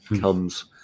comes